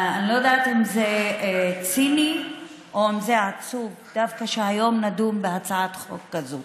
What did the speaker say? אני לא יודעת אם זה ציני או אם זה עצוב שדווקא היום נדון בהצעת חוק כזו,